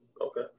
Okay